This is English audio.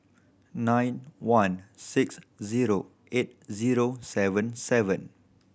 nine one six zero eight zero seven seven